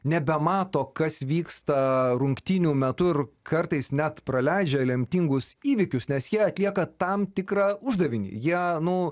nebemato kas vyksta rungtynių metu ir kartais net praleidžia lemtingus įvykius nes jie atlieka tam tikrą uždavinį jie nu